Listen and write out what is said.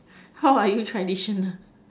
how are you tradition